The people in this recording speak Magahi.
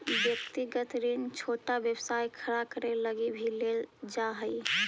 व्यक्तिगत ऋण छोटा व्यवसाय खड़ा करे लगी भी लेल जा हई